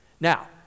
Now